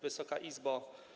Wysoka Izbo!